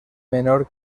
menor